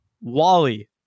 wally